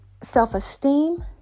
self-esteem